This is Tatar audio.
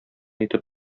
итеп